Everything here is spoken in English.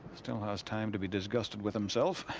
still has time to be disgusted with himself.